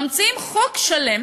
ממציאים חוק שלם